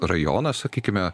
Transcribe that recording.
rajonas sakykime